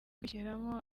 kwishyiramo